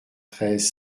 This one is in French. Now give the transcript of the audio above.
treize